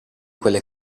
quelle